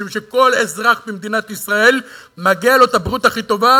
משום שכל אזרח במדינת ישראל מגיעה לו הבריאות הכי טובה,